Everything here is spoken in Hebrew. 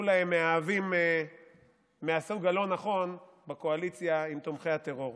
להם מאהבים מהסוג הלא-נכון בקואליציה עם תומכי הטרור.